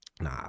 Nah